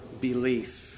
belief